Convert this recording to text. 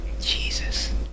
Jesus